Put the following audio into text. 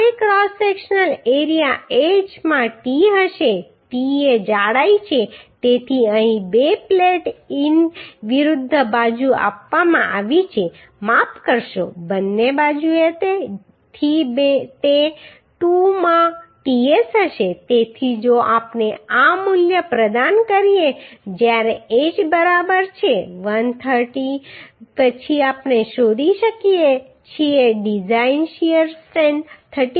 હવે cross sectional area h માં t હશે t એ જાડાઈ છે તેથી અહીં બે પ્લેટ ઇન વિરુદ્ધ બાજુ આપવામાં આવી છે માફ કરશો બંને બાજુએ તેથી તે 2 માં ts હશે તેથી જો આપણે આ મૂલ્ય પ્રદાન કરીએ જ્યારે h બરાબર છે 130 પછી આપણે શોધી શકીએ છીએ કે ડિઝાઇન શીયર સ્ટ્રેન્થ 34